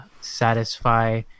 satisfy